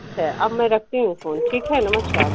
ठीक है अब मैं रखती हूँ फ़ोन ठीक है नमस्कार